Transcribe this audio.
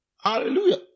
Hallelujah